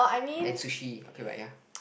and sushi okay but ya